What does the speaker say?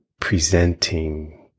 presenting